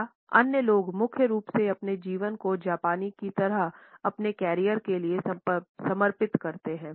या अन्य लोग मुख्य रूप से अपने जीवन को जापानी की तरह अपने करियर के लिए समर्पित करते हैं